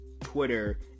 Twitter